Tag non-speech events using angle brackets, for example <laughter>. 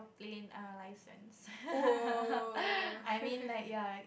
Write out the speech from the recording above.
plane err license <laughs> I mean like ya